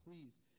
please